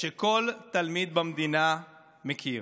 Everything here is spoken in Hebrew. שכל תלמיד במדינה מכיר,